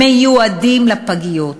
מיועדים לפגיות.